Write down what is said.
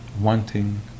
wanting